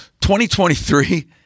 2023